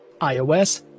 iOS